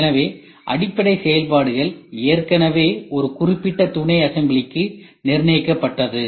எனவே அடிப்படை செயல்பாடு ஏற்கனவே ஒரு குறிப்பிட்ட துணைஅசம்பிளிக்கு நிர்ணயிக்கப்பட்டது